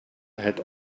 had